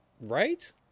Right